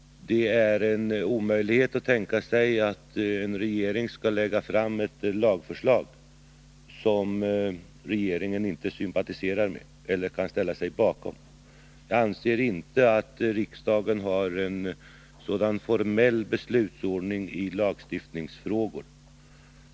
Det är en omöjlighet att tänka sig att en regering skall lägga fram ett lagförslag som den inte kan ställa sig bakom. Jag anser inte att riksdagen har en sådan formell beslutsordning i lagstiftningsfrågor att detta skulle kunna bli fallet.